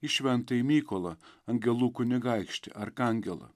į šventąjį mykolą angelų kunigaikštį arkangelą